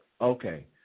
Okay